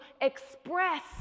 express